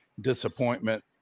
disappointment